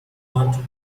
wanted